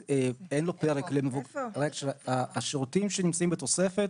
אבל השירותים שנמצאים בתוספת,